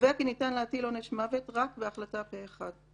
קובע כי ניתן להטיל עונש מוות רק בהחלטה פה-אחד.